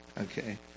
Okay